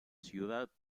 ciudad